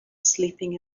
sleeping